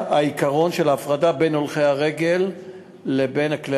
העיקרון של ההפרדה בין הולכי הרגל לבין כלי